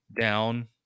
down